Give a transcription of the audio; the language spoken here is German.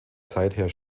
seither